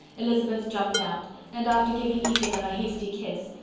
elizabeth jumped out and, after giving each of them a hasty kiss,